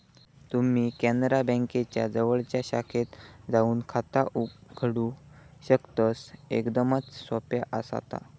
तुम्ही कॅनरा बँकेच्या जवळच्या शाखेत जाऊन खाता उघडू शकतस, एकदमच सोप्या आसा ता